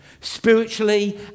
Spiritually